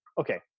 okay